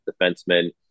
defenseman